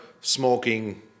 smoking